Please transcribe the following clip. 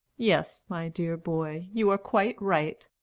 yes, my dear boy, you are quite right.